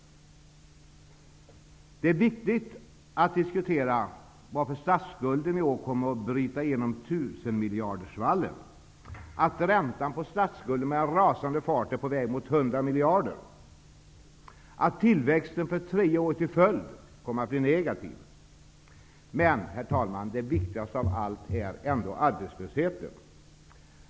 Det är viktigt att diskutera varför statsskulden i år kommer att bryta igenom 1 000 miljardersvallen, att räntan på statsskulden med rasande fart är på väg mot 100 miljarder, att tillväxten för tredje året i följd blir negativ. Men, fru talman, den viktigaste frågan är ändå arbetslösheten.